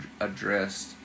addressed